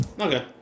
Okay